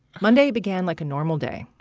monday began like a normal day.